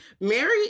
Mary